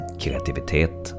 kreativitet